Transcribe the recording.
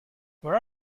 where